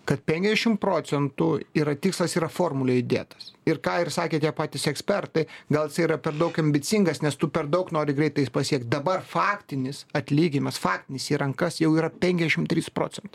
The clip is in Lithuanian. kad penkiasdešim procentų yra tikslas yra formulė įdėtas ir ką ir sakė tie patys ekspertai gal jisai yra per daug ambicingas nes tu per daug nori greitai pasiekt dabar faktinis atlyginimas faktinis į rankas jau yra penkiasdešim trys procentai